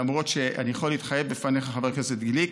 למרות שאני יכול להתחייב בפניך, חבר כנסת גליק,